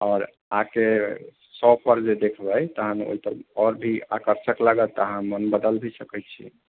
आओर आके शॉप पर जे देखबै तखन आओर भी आकर्षक लागत अहाँ मन बदलि भी सकैत छिऐ